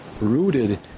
rooted